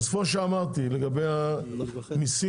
אז כמו שאמרתי לגבי המיסים,